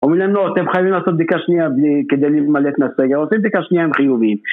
אומרים להם לא, אתם חייבים לעשות בדיקה שנייה כדי להימלט מהסגר, עושים בדיקה שנייה הם חיוביים